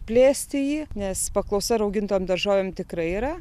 plėsti jį nes paklausa raugintom daržovėm tikrai yra